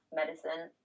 medicine